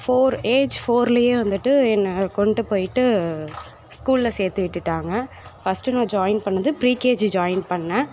four age ஃபோர்லேயே வந்துட்டு என்னை கொண்டுபோய்ட்டு ஸ்கூல்ல சேர்த்து விட்டுட்டாங்க ஃபஸ்ட் நான் ஜாயின் பண்ணது ப்ரிகேஜி ஜாயின் பண்ணேன்